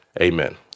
Amen